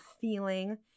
feeling